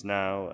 now